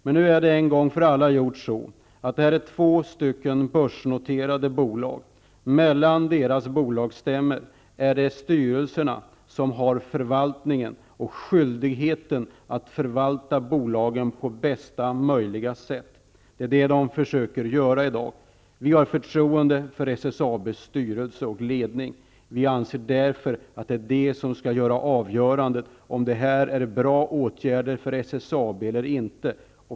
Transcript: Men det här är två börsnoterade bolag. Det är styrelserna som har förvaltningen och skyldigheten att förvalta bolagen på bästa möjliga sätt mellan bolagsstämmorna. Det försöker de göra i dag. Vi har förtroende för SSAB:s styrelse och ledning. Därför anser vi att det är de som skall avgöra om det här är bra åtgärder för SSAB eller inte.